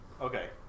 Okay